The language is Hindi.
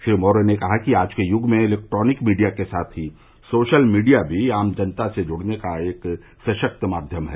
श्री मौर्य ने कहा कि आज के यूग में इलेक्ट्रानिक मीडिया के साथ ही सोशल मीडिया भी आम जनता से जुड़ने का एक सशक्त माध्यम है